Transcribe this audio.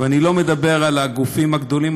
ואני לא מדבר על הגופים הגדולים,